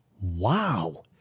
Wow